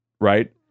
Right